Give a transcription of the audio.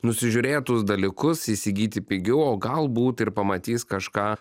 nusižiūrėtus dalykus įsigyti pigiau o galbūt ir pamatys kažką